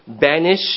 banish